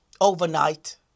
overnight